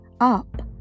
up